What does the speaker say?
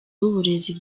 w’uburezi